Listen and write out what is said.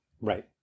Right